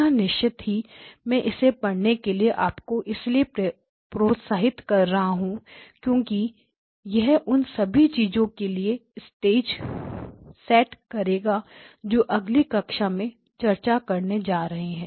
पुनः निश्चय ही मैं इसे पढ़ने के लिए आपको इसलिए प्रोत्साहित कर रहा हूं क्योंकि यह उन सभी चीजों के लिएस्टेज सेट करेगा जो अगली कक्षा में चर्चा करने जा रहे हैं